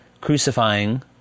crucifying